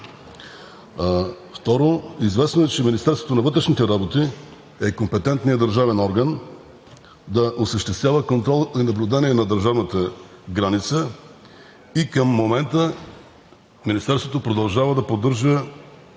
Второ, известно е, че Министерството на вътрешните работи е компетентният държавен орган да осъществява контрол и наблюдение на държавната граница и към момента Министерството продължава да поддържа